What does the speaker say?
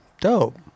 Dope